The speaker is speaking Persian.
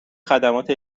خدمات